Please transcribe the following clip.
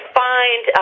find